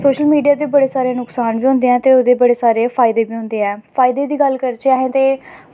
social media दे बड़े सारे नुकसान बी होंदे न ते एह्दे बड़े सारे फायदे बी होंदे न फायदे दी गल्ल करचै अस ते